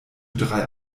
drei